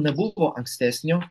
nebuvo ankstesnio